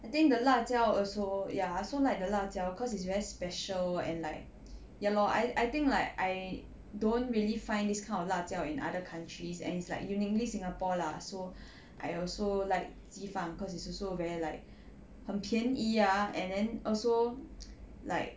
I think the 辣椒 also ya so like the 辣椒 cause it's very special and like ya lor I I think like I don't really find this kind of 辣酱 in other countries and it's like uniquely singapore lah so I also like 鸡饭 cause it's also very like 很便宜啊 and then also like